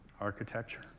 architecture